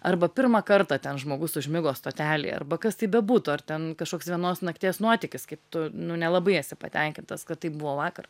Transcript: arba pirmą kartą ten žmogus užmigo stotelėje arba kas tai bebūtų ar ten kažkoks vienos nakties nuotykis kaip tu nu nelabai esi patenkintas kad taip buvo vakar